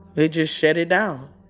they just shut it down.